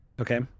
Okay